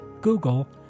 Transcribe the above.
Google